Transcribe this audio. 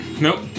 Nope